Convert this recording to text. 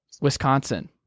Wisconsin